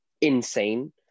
insane